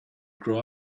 grow